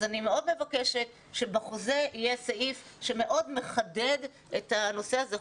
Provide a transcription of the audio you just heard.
אני מאוד מבקשת שבחוזה יהיה סעיף שמאוד מחדד את הנושא הזה.